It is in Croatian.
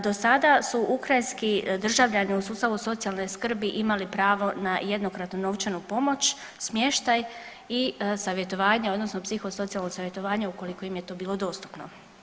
Do sada su ukrajinski državljani u sustavu socijalne skrbi imali pravo na jednokratnu novčanu pomoć, smještaj i savjetovanje odnosno psihosocijalno savjetovanje ukoliko im je to bilo dostupno.